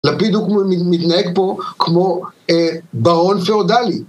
לפיד הוא מתנהג פה כמו ברון פאודלי.